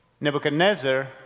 Nebuchadnezzar